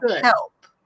help